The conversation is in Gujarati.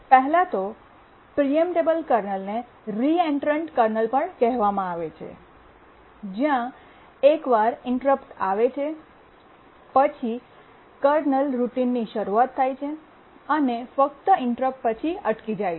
પહેલા તો પ્રીએમ્પટેબલ કર્નલને રીએન્ટ્રેન્ટ કર્નલ પણ કહેવામાં આવે છે જ્યાં એકવાર ઇન્ટરપ્ટ આવે છે પછી કર્નલ રૂટિનની શરૂઆત થાય છે અને ફક્ત ઇન્ટરપ્ટ પછી અટકી જાય છે